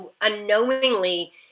unknowingly